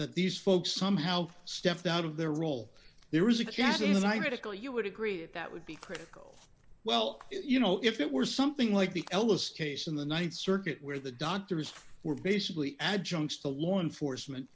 that these folks somehow stepped out of their role there is a casting of one medical you would agree that would be critical well you know if it were something like the ellis case in the th circuit where the doctors were basically adjunct to law enforcement